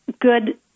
good